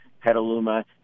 Petaluma